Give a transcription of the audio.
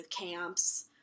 camps